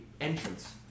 entrance